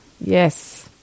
Yes